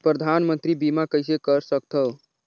परधानमंतरी बीमा कइसे कर सकथव?